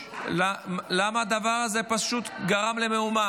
העבודה והרווחה לצורך הכנתה לקריאה